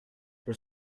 for